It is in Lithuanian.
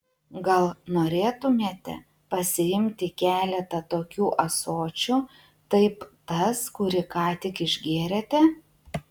gal norėtumėte pasiimti keletą tokių ąsočių taip tas kurį ką tik išgėrėte